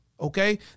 Okay